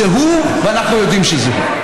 זה הוא, ואנחנו יודעים שזה הוא.